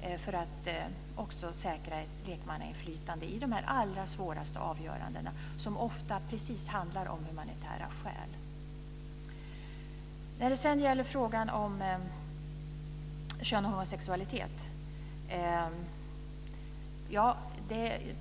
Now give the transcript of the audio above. Därmed säkrar man också ett lekmannainflytande i dessa de allra svåraste avgörandena, som ofta handlar om just humanitära skäl. Sedan gäller det frågan om kön och homosexualitet.